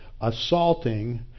assaulting